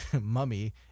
mummy